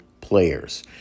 players